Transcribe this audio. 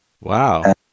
Wow